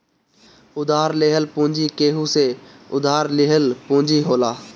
उधार लेहल पूंजी केहू से उधार लिहल पूंजी होला